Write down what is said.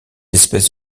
espèces